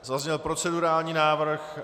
Zazněl procedurální návrh.